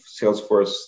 Salesforce